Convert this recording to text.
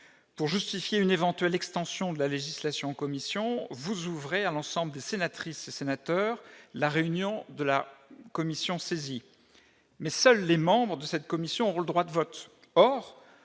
pour justifier une éventuelle extension de la législation commission vous ouvrez à l'ensemble des sénatrices et sénateurs, la réunion de la commission saisie mais seuls les membres de cette commission ont le droit de vote